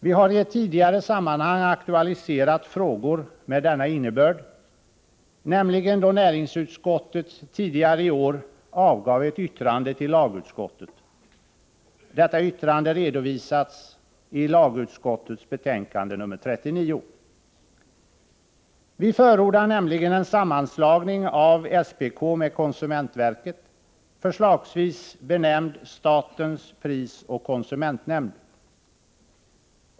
Vi har i ett tidigare sammanhang aktualiserat frågor med denna innebörd, nämligen då näringsutskottet tidigare i år avgav ett yttrande till lagutskottet. Detta yttrande redovisas i lagutskottets betänkande nr 39. Vi förordar nämligen en sammanslagning av SPK med konsumentverket, förslagsvis benämnd statens prisoch konsumentnämnd.